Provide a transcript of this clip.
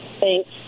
Thanks